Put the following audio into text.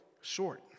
short